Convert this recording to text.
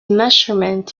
measurement